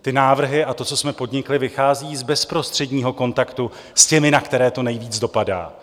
Ty návrhy a to, co jsme podnikli, vychází z bezprostředního kontaktu s těmi, na které to nejvíce dopadá.